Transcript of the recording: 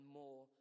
more